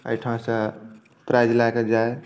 एहिठाम सँ प्राइज लए कऽ जाइ